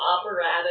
operatic